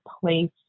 place